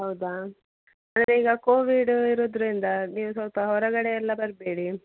ಹೌದಾ ಅಂದರೆ ಈಗ ಕೋವಿಡ್ ಇರೋದ್ರಿಂದ ನೀವು ಸ್ವಲ್ಪ ಹೊರಗಡೆ ಎಲ್ಲ ಬರಬೇಡಿ